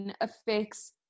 affects